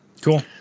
Cool